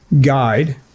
guide